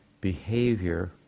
behavior